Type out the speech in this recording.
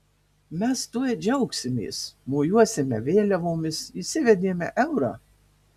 mes tuoj džiaugsimės mojuosime vėliavomis įsivedėme eurą